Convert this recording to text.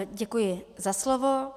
Děkuji za slovo.